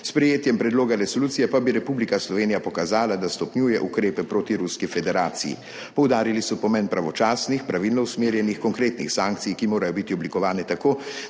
s sprejetjem predloga resolucije pa bi Republika Slovenija pokazala, da stopnjuje ukrepe proti Ruski federaciji. Poudarili so pomen pravočasnih, pravilno usmerjenih konkretnih sankcij, ki morajo biti oblikovane tako,